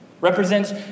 Represents